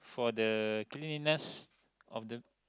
for the cleanliness of the